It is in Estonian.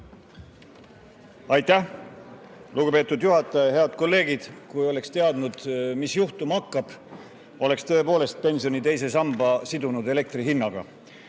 Aitäh, lugupeetud juhataja! Head kolleegid! Kui oleks teadnud, mis juhtuma hakkab, oleks tõepoolest pensioni teise samba sidunud elektri hinnaga